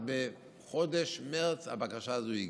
אז בחודש מרץ הבקשה הזאת הגיעה.